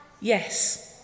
Yes